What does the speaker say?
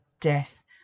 death